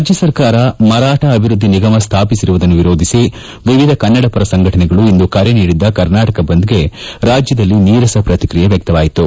ರಾಜ್ಯ ಸರ್ಕಾರ ಮರಾತ ಅಭಿವ್ಯದ್ದಿ ನಿಗಮ ಸ್ಥಾಪಿಸಿರುವುದನ್ನು ವಿರೋಧಿಸಿ ವಿವಿಧ ಕನ್ನಡಪರ ಸಂಘಟನೆಗಳು ಇಂದು ಕರೆ ನೀಡಿದ್ದ ಕರ್ನಾಟಕ ಬಂದ್ ಗೆ ರಾಜ್ಯದಲ್ಲಿ ನೀರಸ ಪ್ರತಿಕ್ರಿಯೆ ವ್ಯಕ್ತವಾಯಿತು